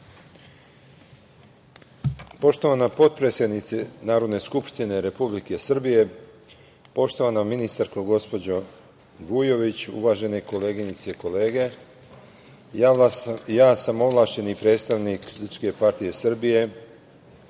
Poštovana potpredsednice Narodne skupštine Republike Srbije, poštovana ministarko, gospođo Vujović, uvažene koleginice i kolege, ja sam ovlašćeni predstavnik SPS, a pripadam